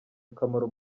akamaro